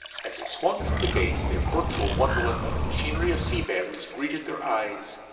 as they swung through the gates a virtual wonderland of the machinery of sea battles greeted their eyes